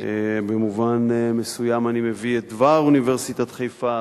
במובן מסוים אני מביא את דבר אוניברסיטת חיפה,